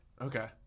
Okay